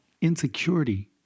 insecurity